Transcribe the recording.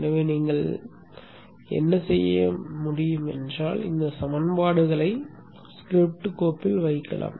எனவே நீங்கள் என்ன செய்ய முடியும் என்றால் இந்த சமன்பாடுகளை ஸ்கிரிப்ட் கோப்பில் வைக்கலாம்